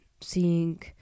seeing